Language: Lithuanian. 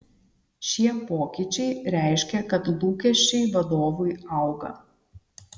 šie pokyčiai reiškia kad lūkesčiai vadovui auga